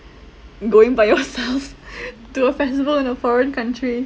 going by yourself to a festival in a foreign country